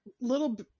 little